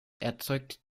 erzeugt